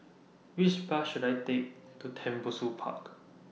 Which Bus should I Take to Tembusu Park